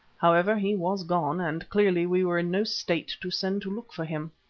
however, he was gone and clearly we were in no state to send to look for him.